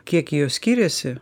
kiek jos skiriasi